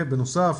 בנוסף,